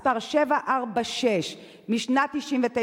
מס' 746 משנת 1999,